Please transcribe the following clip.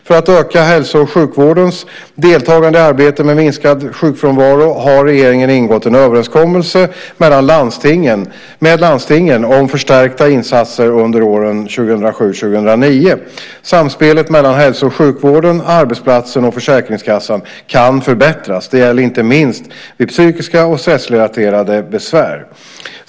För att öka hälso och sjukvårdens deltagande i arbetet med att minska sjukfrånvaron har regeringen ingått en överenskommelse med landstingen om förstärkta insatser under åren 2007-2009. Samspelet mellan hälso och sjukvården, arbetsplatsen och Försäkringskassan kan förbättras. Detta gäller inte minst vid psykiska och stressrelaterade besvär.